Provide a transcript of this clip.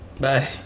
bye